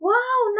Wow